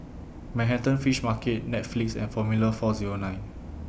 Manhattan Fish Market Netflix and Formula four Zero nine